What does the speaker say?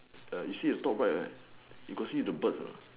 err you see top right you got see the bird or not